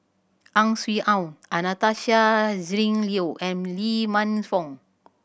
Ang Swee Aun Anastasia Tjendri Liew and Lee Man Fong